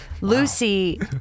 Lucy